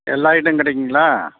எல்லா ஐட்டம் கிடைக்குங்களா